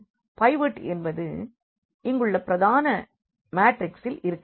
pivot என்பது இங்குள்ள பிரதான மாட்ரிக்ஸில் இருக்க வேண்டும்